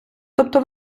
тобто